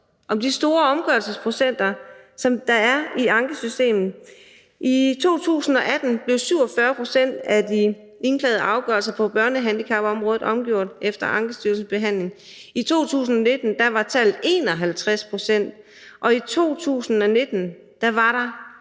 tal for omgørelsesprocenten, som der er i ankesystemet, jo også om. I 2018 blev 47 pct. af de indklagede afgørelser på børnehandicapområdet omgjort efter Ankestyrelsens behandling, i 2019 var tallet 51 pct., og i 2019 var der